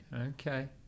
Okay